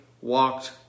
walked